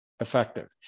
effective